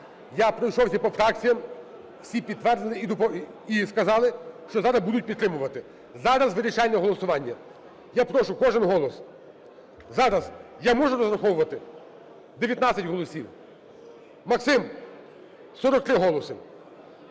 Я пройшовся по фракціям, всі підтвердили і сказали, що зараз будуть підтримувати. Зараз вирішальне голосування. Я прошу, кожен голос. Зараз я можу розраховувати? 19 голосів. Максим – 43 голоси!